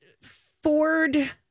Ford